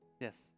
Yes